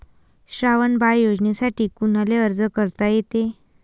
श्रावण बाळ योजनेसाठी कुनाले अर्ज करता येते?